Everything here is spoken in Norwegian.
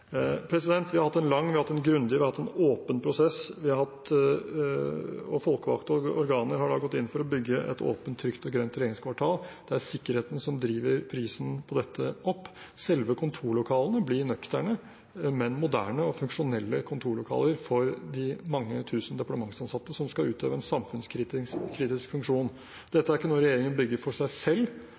Vi har hatt en lang, grundig og åpen prosess, og folkevalgte organer har gått inn for å bygge et åpent, trygt og grønt regjeringskvartal. Det er sikkerheten som driver prisen på dette opp. Selve kontorlokalene blir nøkterne, men det er moderne og funksjonelle kontorlokaler for de mange tusen departementsansatte som skal utøve en samfunnskritisk funksjon. Dette er ikke noe regjeringen bygger for seg selv,